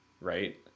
right